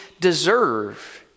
deserve